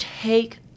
take